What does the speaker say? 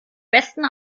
besten